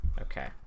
okay